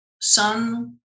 sun